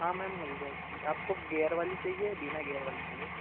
हाँ मैंम मिल जाएगी आपको गेयर वाली चाहिए या बिना गेयर वाली चाहिए